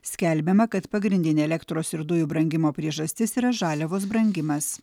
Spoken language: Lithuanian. skelbiama kad pagrindinė elektros ir dujų brangimo priežastis yra žaliavos brangimas